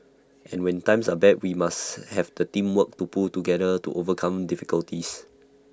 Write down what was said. and when times are bad we must have the teamwork to pull together to overcome difficulties